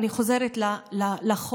ואני חוזרת לחוק,